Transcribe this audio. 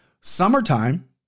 summertime